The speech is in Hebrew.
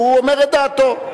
ואומר את דעתו.